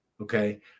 Okay